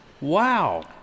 Wow